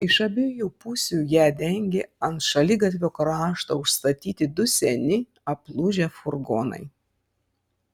iš abiejų pusių ją dengė ant šaligatvio krašto užstatyti du seni aplūžę furgonai